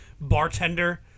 Bartender